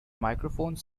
microphone